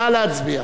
נא להצביע.